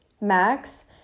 max